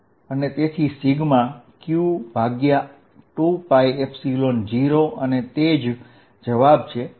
અને તેથી બળ σq2π0 છે અને તે જ જવાબ છે